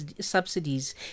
subsidies